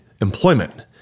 employment